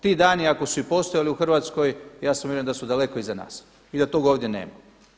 Ti dani ako su i postojali u Hrvatskoj, ja sam uvjeren da su daleko iza nas i da toga ovdje nema.